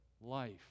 life